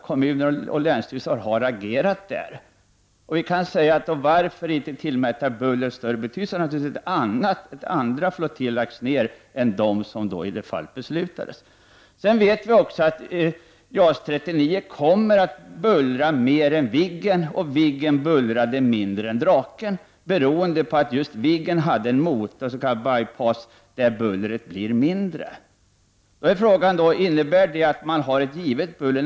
Kommuner och länsstyrelse har agerat i det sammanhanget, och vi kan säga: Varför inte tillmäta buller större betydelse? — då hade naturligtvis andra flottiljer lagts ned än dem som i det fallet beslutades. Sedan vet vi också att JAS 39 kommer att bullra mer än Viggen. Och Viggen bullrade mindre än Draken, beroende på att Viggen hade en motor — med s.k. by-pass — där bullret blir mindre. Innebär då det att man har ett givet buller?